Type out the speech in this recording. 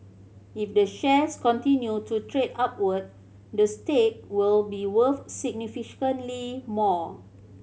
if the shares continue to trade upward the stake will be worth significantly more